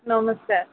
ନମସ୍କାର